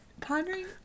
Pondering